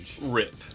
Rip